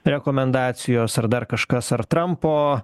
rekomendacijos ar dar kažkas ar trampo